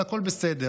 אבל הכול בסדר,